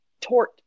tort